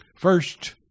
First